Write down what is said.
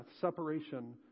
separation